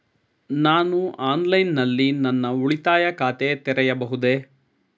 ನಾನು ಆನ್ಲೈನ್ ನಲ್ಲಿ ನನ್ನ ಉಳಿತಾಯ ಖಾತೆ ತೆರೆಯಬಹುದೇ?